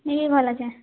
ଇ ଭଲ ଅଛେ